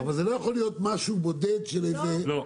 אבל זה לא יכול להיות משהו בודד של איזה --- לא,